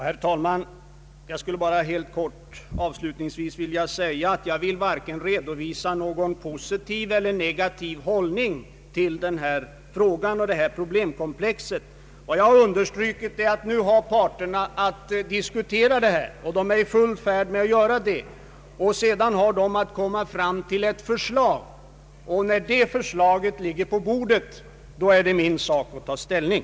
Herr talman! Avslutningsvis skall jag helt kort säga att jag inte vill redovisa vare sig någon positiv eller någon negativ inställning till denna fråga. Vad jag understrukit är att parterna nu har att diskutera den, och att de är i full färd att göra det. Sedan har de att framlägga ett förslag, och när förslaget ligger på bordet är det min sak att ta ställning.